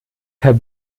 herr